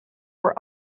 were